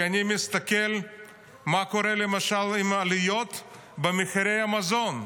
כי אני מסתכל מה קורה למשל עם העליות במחירי המזון.